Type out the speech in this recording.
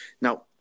Now